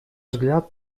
взгляд